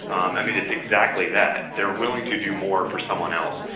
um i mean it's exactly that. they're willing to do more for someone else.